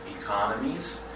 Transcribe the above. economies